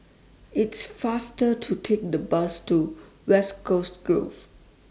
It's faster to Take The Bus to West Coast Grove